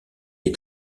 est